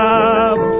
up